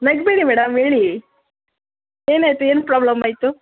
ನಗಬೇಡಿ madam ಹೇಳಿ ಏನಾಯಿತು ಏನು ಪ್ರೊಬ್ಲಮ್ ಆಯಿತು